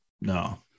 no